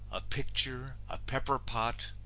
a picture, a pepper pot,